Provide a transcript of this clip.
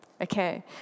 Okay